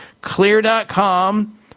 Clear.com